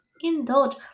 indulge